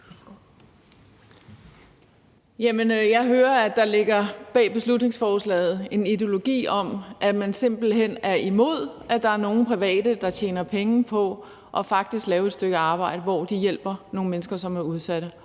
Jeg hører, at der bag beslutningsforslaget ligger en ideologi om, at man simpelt hen er imod, at der er nogle private, der tjener penge på faktisk at lave et stykke arbejde, hvor de hjælper nogle mennesker, som er udsatte.